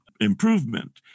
improvement